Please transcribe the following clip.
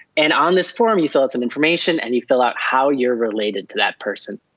and on this form you fill out some information, and you fill out how you're related to that person.